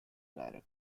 director